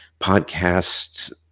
podcast's